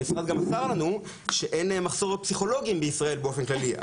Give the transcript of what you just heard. המשרד גם מסר לנו שאין בישראל מחסור בפסיכולוגים באופן כללי.